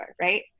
right